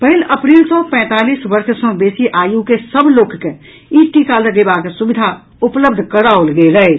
पहिल अप्रील सँ पैंतालिस वर्ष सँ बेसी आयु के सभ लोक कॅ ई टीका लगेबाक सुविधा उपलब्ध कराओल गेल अछि